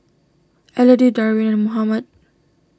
Elodie Darwin and Mohammad